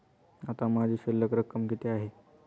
आता माझी शिल्लक रक्कम किती आहे?